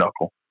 knuckle